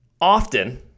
often